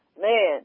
man